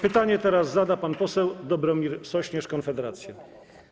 Pytanie teraz zada pan poseł Dobromir Sośnierz, Konfederacja.